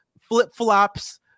flip-flops